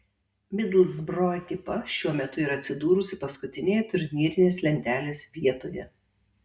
midlsbro ekipa šiuo metu yra atsidūrusi paskutinėje turnyrinės lentelės vietoje